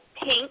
pink